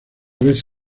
vez